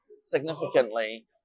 significantly